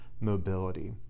mobility